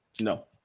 No